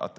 Att